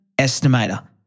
estimator